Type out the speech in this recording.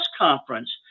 conference